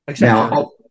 Now